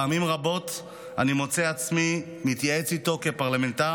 פעמים רבות אני מוצא את עצמי מתייעץ איתו כפרלמנטר